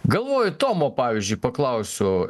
galvoju tomo pavyzdžiui paklausiu